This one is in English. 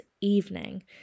evening